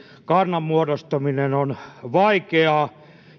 kannan muodostaminen on vaikeaa